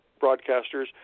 broadcasters